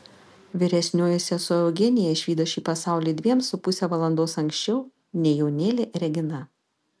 vyresnioji sesuo eugenija išvydo šį pasaulį dviem su puse valandos anksčiau nei jaunėlė regina